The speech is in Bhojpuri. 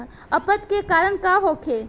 अपच के कारण का होखे?